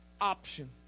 option